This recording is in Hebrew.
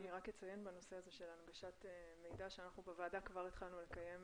אני רק אציין בנושא הזה של הנגשת מידע שאנחנו בוועדה כבר הספקנו לקיים